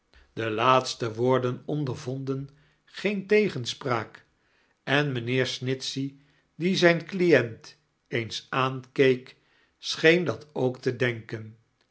be laatste woorden ondervonden geen tegenspraak en mijnheer smitchey die zijn client eens aankeek scheen dat ook te denken